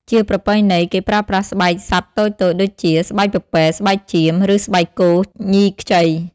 ជាប្រពៃណី គេប្រើប្រាស់ស្បែកសត្វតូចៗ ដូចជា ស្បែកពពែ ស្បែកចៀម ឬស្បែកគោញីខ្ចី។